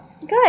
Good